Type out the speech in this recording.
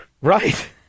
Right